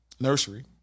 nursery